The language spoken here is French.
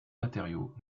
matériaux